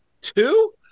two